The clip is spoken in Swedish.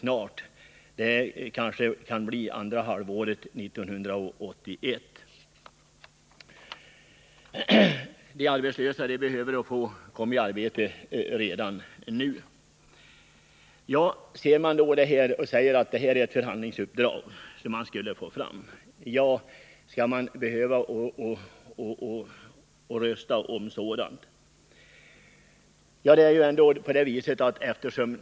Det kan kanske ske under andra halvåret 1981. De arbetslösa behöver dock sysselsättning redan nu. Det framhålls vidare att det här gäller att få fram ett förhandlingsuppdrag. Men skall man behöva rösta om något sådant?